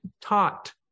taught